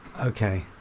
Okay